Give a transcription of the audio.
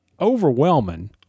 overwhelming